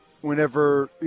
whenever